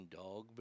dog